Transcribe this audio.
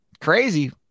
crazy